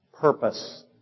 purpose